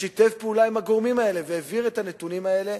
ששיתף פעולה עם הגורמים האלה והעביר את הנתונים האלה,